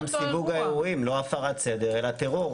גם סיווג האירועים, לא הפרת סדר אלא טרור.